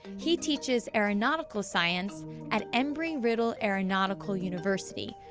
he teaches aeronautical science at embry-riddle aeronautical university,